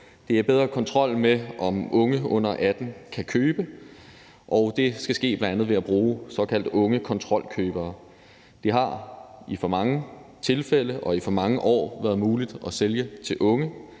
om bedre kontrol med, om unge under 18 år kan købe, og det skal bl.a. ske ved at bruge unge såkaldte kontrolkøbere. Det har i for mange tilfælde og i for mange år været muligt at sælge til unge